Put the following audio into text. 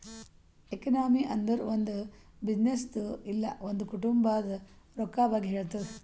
economy ಅಂದುರ್ ಒಂದ್ ಬಿಸಿನ್ನೆಸ್ದು ಇಲ್ಲ ಒಂದ್ ಕುಟುಂಬಾದ್ ರೊಕ್ಕಾ ಬಗ್ಗೆ ಹೇಳ್ತುದ್